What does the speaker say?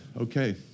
okay